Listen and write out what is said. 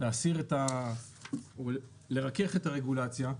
להסיר או לרכך את הרגולציה,